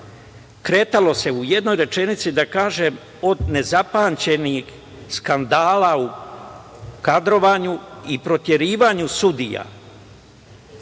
kretalo se, u jednoj rečenici da kažem, od nezapamćenih skandala u kadrovanju i proterivanju sudija,